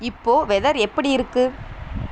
இப்போது வெதர் எப்படி இருக்குது